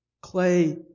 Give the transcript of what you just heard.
Clay